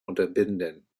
unterbinden